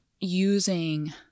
using